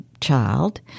child